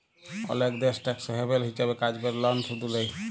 অলেক দ্যাশ tax haven হিছাবে কাজ ক্যরে লন শুধ লেই